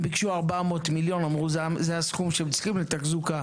הם ביקשו 400 מיליון ואמרו שזה הסכום שהם זקוקים לתחזוקה.